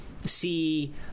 See